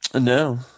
no